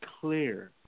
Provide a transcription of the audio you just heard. clear